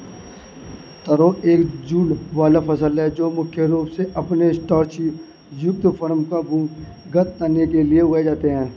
तारो एक जड़ वाली फसल है जो मुख्य रूप से अपने स्टार्च युक्त कॉर्म या भूमिगत तने के लिए उगाई जाती है